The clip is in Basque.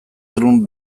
trump